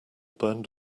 burned